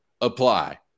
apply